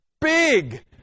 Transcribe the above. big